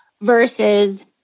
versus